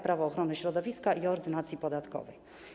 Prawo ochrony środowiska oraz w Ordynacji podatkowej.